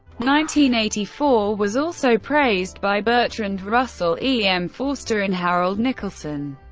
nineteen eighty-four was also praised by bertrand russell, e. m. forster and harold nicolson.